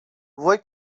voi